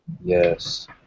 Yes